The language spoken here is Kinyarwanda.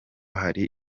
hari